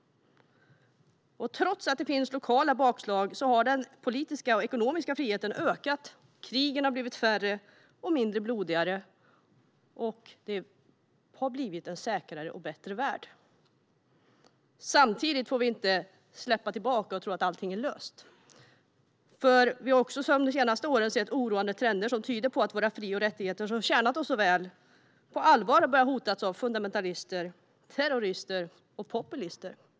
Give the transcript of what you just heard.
Trots lokala bakslag har den politiska och ekonomiska friheten ökat och krigen blivit färre och mindre blodiga. Världen har blivit säkrare och bättre. Samtidigt får vi inte luta oss tillbaka och tro att allting är löst. Vi har under de senaste åren också sett oroande trender som tyder på att våra fri och rättigheter, som har tjänat oss så väl, på allvar hotas av fundamentalister, terrorister och populister.